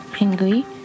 angry